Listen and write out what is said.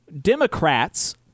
Democrats